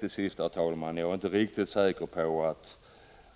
Till sist: Jag är inte riktigt säker på